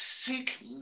Seek